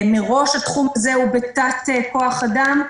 מראש התחום הזה נמצא בתת כוח אדם.